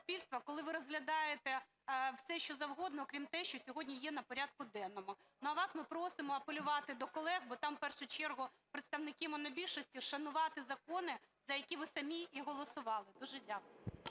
коли ви розглядаєте все, що завгодно, крім того, що сьогодні є на порядку денному. Вас ми просимо апелювати до колег, бо там в першу чергу представники монобільшості, шанувати закони, за які ви самі і голосували. Дуже дякую.